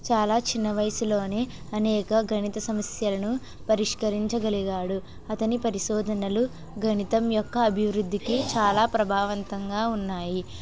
చాలా చిన్న వయసులోనే అనేక గణిత సమస్యలను పరిష్కరించగలిగాడు అతని పరిశోధనలు గణితం యొక్క అభివృద్ధికి చాలా ప్రభావంతంగా ఉన్నాయి